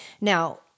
Now